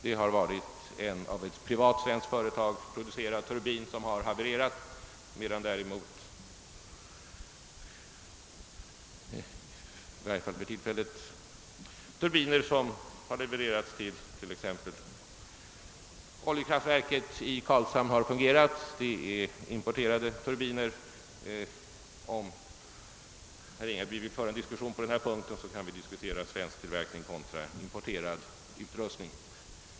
Det var där en av ett privat svenskt företag producerad turbin som havererade, medan däremot — i varje fall för tillfället — turbiner som levererats till oljekraftverket i Karlshamn har fungerat. Där är det fråga om importerade turbiner. Om herr Ringaby vill föra en diskussion på denna punkt, kan vi gärna diskutera svensktillverkad kontra importerad utrustning.